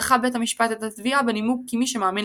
דחה בית המשפט את התביעה בנימוק כי מי שמאמין